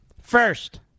First